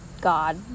God